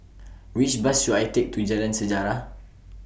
Which Bus should I Take to Jalan Sejarah